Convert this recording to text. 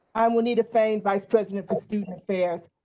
i'm juanita fain, vice president for student affairs.